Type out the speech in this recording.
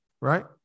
right